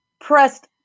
pressed